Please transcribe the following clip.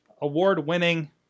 award-winning